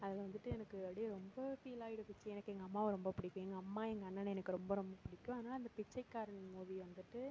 அதில் வந்துட்டு எனக்கு அப்படே ரொம்ப ஃபீலாக இருந்துச்சு எனக்கு எங்கள் அம்மாவை ரொம்ப பிடிக்கும் எங்கள் அம்மா எங்கள் அண்ணனை எனக்கு ரொம்ப ரொம்ப பிடிக்கும் அதனால் அந்த பிச்சைக்காரன் மூவியை வந்துட்டு